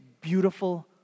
beautiful